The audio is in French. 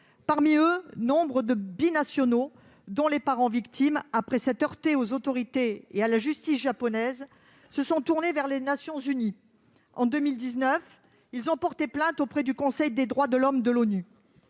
Parmi eux, nombre de binationaux, dont les parents victimes, après s'être heurtés aux autorités et à la justice japonaises, se sont tournés vers les Nations unies. En 2019, ils ont porté plainte auprès du Conseil des droits de l'homme de l'ONU.